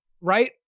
Right